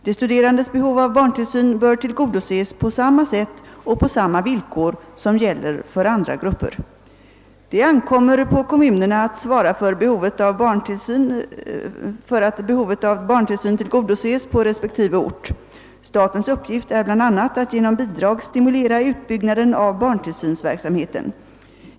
De studerandes behov av barntillsyn bör tillgodoses på samma sätt och på samma villkor som gäller för andra grupper. Det ankommer på kommunerna att svara för att behovet av barntillsyn tillgodoses på respektive ort. Statens uppgift är bl.a. att genom bidrag stimulera utbyggnaden av barntillsynsverksamheten.